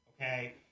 Okay